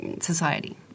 society